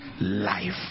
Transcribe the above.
life